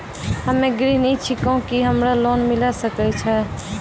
हम्मे गृहिणी छिकौं, की हमरा लोन मिले सकय छै?